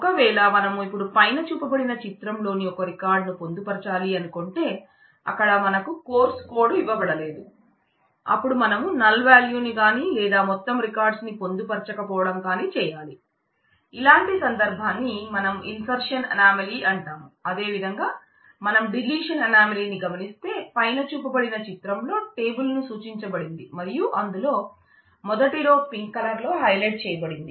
ఒకవేళ మనం ఇపుడు పైన చూపబడిన చిత్రంలోని ఒక రికార్డ్ ని గమనిస్తే పైన చూపబడిన చిత్రంలో టేబుల్ ను సూచించబడింది మరియు అందులో మొదటి రో పింక్ కలర్ లో హైలైట్ చేయబడింది